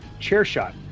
CHAIRSHOT